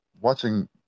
watching